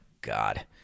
God